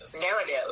narrative